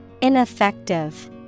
Ineffective